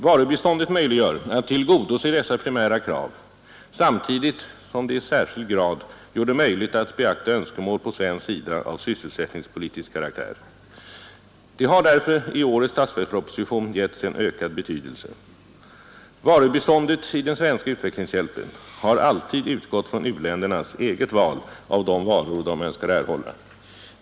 Varubiståndet möjliggör att tillgodose dessa primära krav samtidigt som det i särskild grad gör det möjligt att beakta önskemål på svensk sida av sysselsättningspolitisk karaktär. Det har därför i årets statsverksproposition getts en ökad betydelse. Varubiståndet i den svenska utvecklingshjälpen har alltid utgått från u-ländernas eget val av de varor de önskar erhålla.